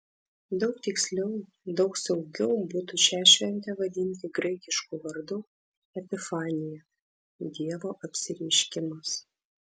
daug tiksliau daug saugiau būtų šią šventę vadinti graikišku vardu epifanija dievo apsireiškimas